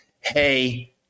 hey